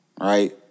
Right